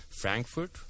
Frankfurt